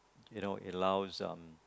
you know it allows um